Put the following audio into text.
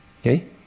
Okay